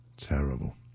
Terrible